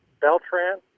Beltran